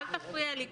אל תפריע לי.